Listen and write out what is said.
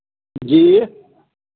जी